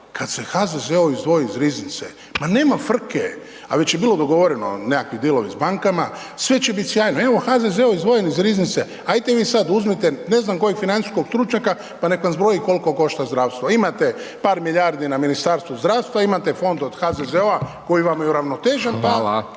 kad se HZZO izdvoji iz riznice, ma nema frke, a već je bilo dogovoreno nekakvi dealovi s bankama, sve će biti sjajno. Evo, HZZO izdvojen iz riznice, hajde vi sad uzmite ne znam kojeg financijskog stručnjaka pa neka vam zbroji koliko košta zdravstvo. Imate par milijardi na Ministarstvu zdravstva, imate fond od HZZO-a koji vam je uravnotežen,